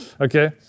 Okay